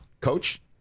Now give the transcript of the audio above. coach